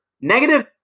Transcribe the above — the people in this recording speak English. negative